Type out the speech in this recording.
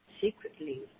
secretly